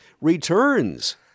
returns